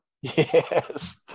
yes